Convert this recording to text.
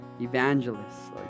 evangelists